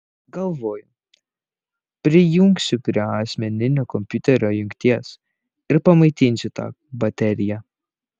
galvoju prijungsiu prie asmeninio kompiuterio jungties ir pamaitinsiu tą bateriją